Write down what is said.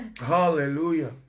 Hallelujah